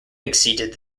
exceeded